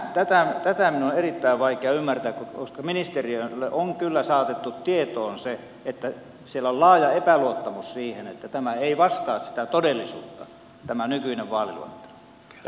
tätä minun on erittäin vaikea ymmärtää koska ministeriölle on kyllä saatettu tietoon se että siellä on laaja epäluottamus siihen että tämä nykyinen vaaliluettelo ei vastaa sitä todellisuutta